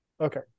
Okay